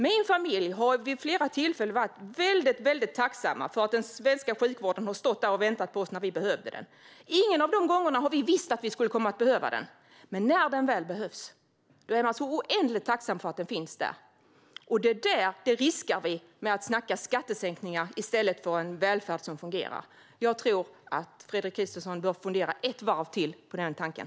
Min familj har vid flera tillfällen varit väldigt tacksamma för att den svenska sjukvården har stått där och väntat på oss när vi behövde den. Ingen av de gångerna har vi vetat att vi skulle komma att behöva den. Men när den väl behövs är man oändligt tacksam för att den finns där. Det riskerar vi med att snacka skattesänkningar i stället för en välfärd som fungerar. Jag tror Fredrik Christensson bör fundera ett varv till på den tanken.